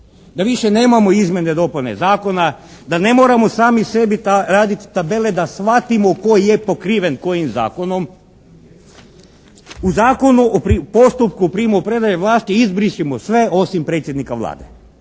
da više nemamo izmjene i dopune zakona, da ne moramo sami sebi raditi tabele da shvatimo tko je pokriven kojim zakonom. U Zakonu o postupku primopredaje vlasti izbrišimo sve osim predsjednika Vlade,